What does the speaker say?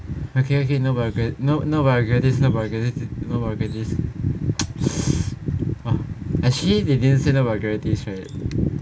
okay okay no no vulgarities no vulgarities no vulgarities actually they never say no vulgarities right